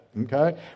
okay